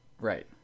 Right